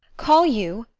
call you?